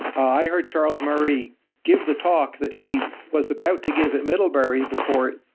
i heard charles murray give the talk that he was about to give at middlebury before